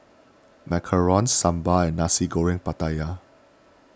Macarons Sambal and Nasi Goreng Pattaya